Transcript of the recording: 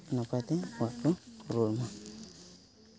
ᱱᱟᱯᱟᱭᱛᱮ ᱦᱚᱲ ᱠᱚ ᱯᱩᱨᱟᱹᱣᱢᱟ